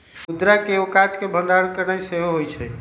मुद्रा के एगो काज के भंडारण करनाइ सेहो होइ छइ